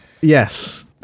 Yes